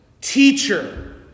teacher